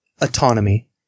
autonomy